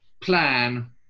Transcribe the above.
plan